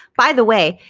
by the way,